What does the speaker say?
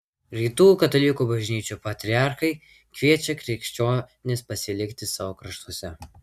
rytų katalikų bažnyčių patriarchai kviečia krikščionis pasilikti savo kraštuose